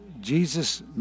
Jesus